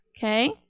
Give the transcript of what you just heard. Okay